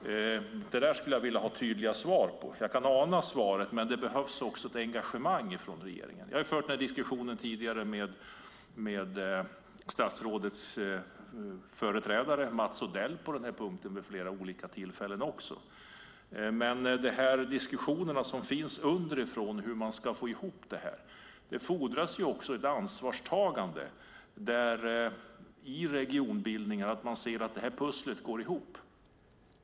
Detta skulle jag vilja ha tydliga svar på. Jag kan ana svaret, men det behövs också ett engagemang från regeringen. Jag har fört denna diskussion tidigare med statsrådets företrädare Mats Odell vid flera olika tillfällen. Men det handlar också om de diskussioner som förs underifrån om hur man ska få ihop detta. Det fordras ett ansvarstagande i regionbildningar så att man ser att pusslet går ihop.